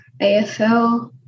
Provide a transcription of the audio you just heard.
AFL